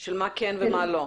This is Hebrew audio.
של מה כן ומה לא.